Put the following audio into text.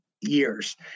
years